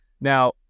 Now